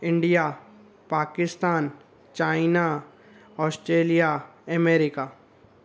India Pakistan China Australia America